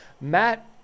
Matt